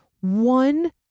One